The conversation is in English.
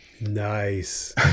nice